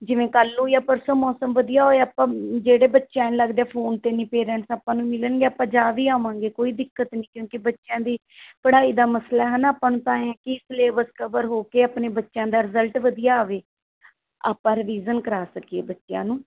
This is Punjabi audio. ਜਿਵੇਂ ਕੱਲ ਨੂੰ ਜਾਂ ਪਰਸੋਂ ਮੌਸਮ ਵਧੀਆ ਹੋਇਆ ਆਪਾਂ ਜਿਹੜੇ ਬੱਚਿਆਂ ਨੂੰ ਲੱਗਦਾ ਫੋਨ 'ਤੇ ਨਹੀਂ ਪੇਰੈਂਟਸ ਆਪਾਂ ਨੂੰ ਮਿਲਣਗੇ ਆਪਾਂ ਜਾ ਵੀ ਆਵਾਂਗੇ ਕੋਈ ਦਿੱਕਤ ਨਹੀਂ ਕਿਉਂਕਿ ਬੱਚਿਆਂ ਦੀ ਪੜ੍ਹਾਈ ਦਾ ਮਸਲਾ ਹੈ ਨਾ ਆਪਾਂ ਨੂੰ ਤਾਂ ਐਂ ਹੈ ਕਿ ਸਿਲੇਬਸ ਕਵਰ ਹੋ ਕੇ ਆਪਣੇ ਬੱਚਿਆਂ ਦਾ ਰਿਜਲਟ ਵਧੀਆ ਆਵੇ ਆਪਾਂ ਰਿਵੀਜਨ ਕਰਵਾ ਸਕੀਏ ਬੱਚਿਆਂ ਨੂੰ